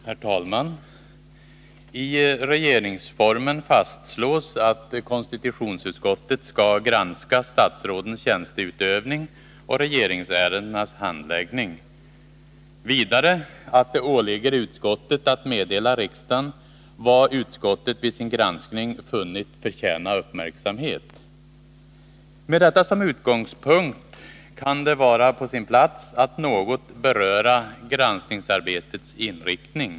Herr talman! I regeringsformen fastslås att konstitutionsutskottet skall Onsdagen den granska statsrådens tjänsteutövning och regeringsärendenas handläggning. 20 maj 1981 Vidare fastslås att det åligger utskottet att meddela riksdagen vad utskottet vid sin granskning funnit förtjäna uppmärksamhet. Granskning av Med detta som utgångspunkt kan det vara på sin plats att något beröra granskningsarbetets inriktning.